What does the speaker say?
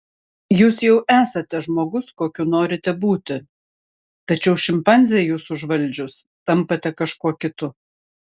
jūs jau esate žmogus kokiu norite būti tačiau šimpanzei jus užvaldžius tampate kažkuo kitu